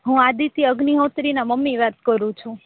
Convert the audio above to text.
હું આદિત્ય અગ્નિહોત્રીના મમ્મી વાત કરું છું